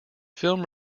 film